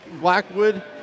Blackwood